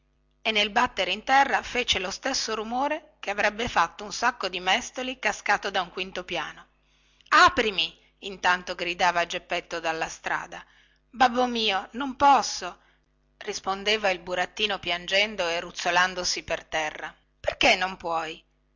e nel battere in terra fece lo stesso rumore che avrebbe fatto un sacco di mestoli cascato da un quinto piano aprimi intanto gridava geppetto dalla strada babbo mio non posso rispondeva il burattino piangendo e ruzzolandosi per terra perché non puoi